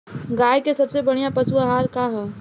गाय के सबसे बढ़िया पशु आहार का ह?